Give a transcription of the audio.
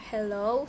Hello